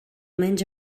menys